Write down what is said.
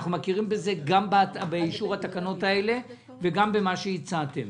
אנחנו מכירים בזה גם באישור התקנות האלה וגם במה שהצעתם.